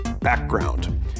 background